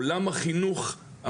עולם החינוך,